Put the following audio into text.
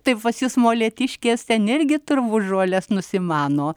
tai pas jus molėtiškės energija turbūt žoles nusimano